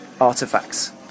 artifacts